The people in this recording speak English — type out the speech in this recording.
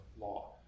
law